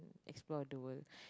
explore toward